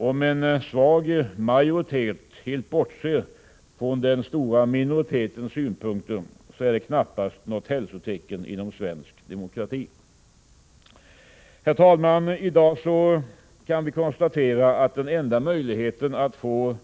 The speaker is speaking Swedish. Om en svag majoritet helt bortser från den stora minoritetens synpunkter, är det knappast något hälsotecken inom svensk demokrati. Herr talman! I dag kan vi konstatera att den enda möjligheten att få